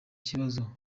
kibazo